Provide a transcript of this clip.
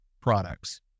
products